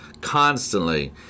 constantly